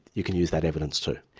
you can use that evidence, too.